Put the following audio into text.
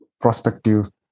prospective